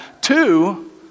Two